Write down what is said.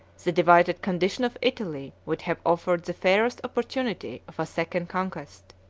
the divided condition of italy would have offered the fairest opportunity of a second conquest.